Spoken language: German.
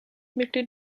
mitglied